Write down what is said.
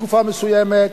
תקופה מסוימת.